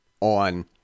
on